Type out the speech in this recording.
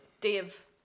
Dave